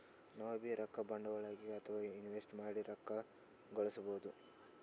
ನಾವ್ಬೀ ರೊಕ್ಕ ಬಂಡ್ವಾಳ್ ಹಾಕಿ ಅಥವಾ ಇನ್ವೆಸ್ಟ್ಮೆಂಟ್ ಮಾಡಿ ರೊಕ್ಕ ಘಳಸ್ಕೊಬಹುದ್